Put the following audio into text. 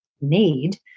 need